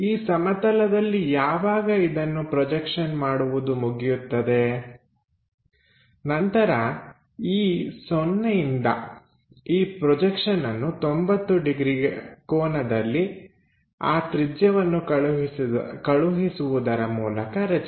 ಈ ಸಮತಲದಲ್ಲಿ ಯಾವಾಗ ಇದನ್ನು ಪ್ರೊಜೆಕ್ಷನ್ ಮಾಡುವುದು ಮುಗಿಯುತ್ತದೆ ನಂತರ ಈ 0 ಯಿಂದ ಈ ಪ್ರೊಜೆಕ್ಷನ್ಅನ್ನು 90 ಡಿಗ್ರಿ ಕೋನದಲ್ಲಿ ಆ ತ್ರಿಜ್ಯವನ್ನು ಕಳುಹಿಸುವುದರ ಮೂಲಕ ರಚಿಸಿ